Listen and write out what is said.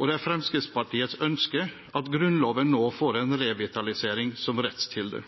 og det er Fremskrittspartiets ønske at Grunnloven nå får en revitalisering som rettskilde.